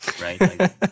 right